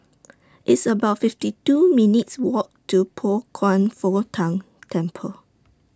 It's about fifty two minutes' Walk to Pao Kwan Foh Tang Temple